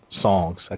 songs